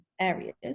areas